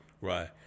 Right